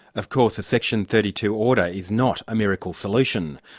of course a section thirty two order is not a miracle solution.